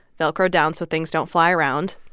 velcroed down so things don't fly around.